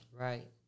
Right